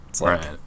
Right